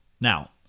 Now